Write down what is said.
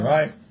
Right